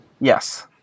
Yes